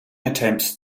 attempts